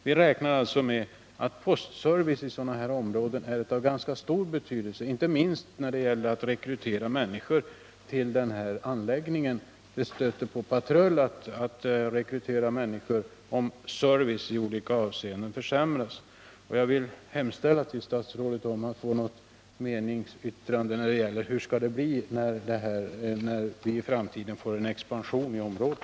Vi räknar alltså med att postservicen i sådana områden är av ganska stor betydelse, inte minst när det gäller att rekrytera människor till den här turistanläggningen. Det stöter på patrull att rekrytera människor, om servicen i olika avseenden försämras. Jag vill hemställa till statsrådet att jag får någon meningsyttring och förklaring när det gäller hur det skall bli med postservicen när vi i framtiden får en expansion i området.